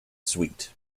sweet